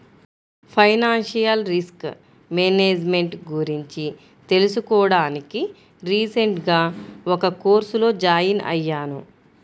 financial risk management గురించి తెలుసుకోడానికి recent గా ఒక కోర్సులో జాయిన్ అయ్యాను